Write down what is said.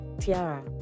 Tiara